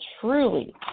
truly